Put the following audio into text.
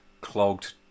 clogged